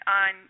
on